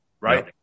right